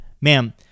Ma'am